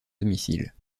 domicile